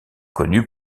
connu